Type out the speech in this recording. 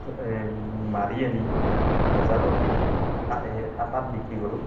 মাৰি আনি বজাৰত এই কাটাত বিক্ৰী কৰোঁ